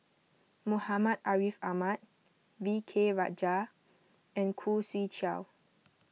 Muhammad Ariff Ahmad V K Rajah and Khoo Swee Chiow